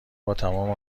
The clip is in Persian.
باتمام